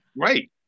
right